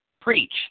preach